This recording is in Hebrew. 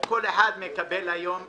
כל אחד כזה מקבל היום תו.